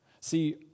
See